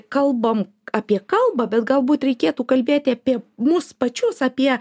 kalbam apie kalbą bet galbūt reikėtų kalbėti apie mus pačius apie